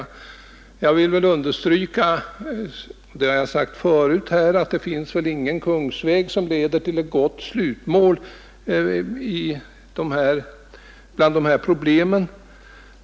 Fredagen den Jag vill understryka — det har jag sagt förut — att det inte finns någon 7 april 1972 kungsväg som leder till ett gott slutmål när det gäller att lösa de här problemen.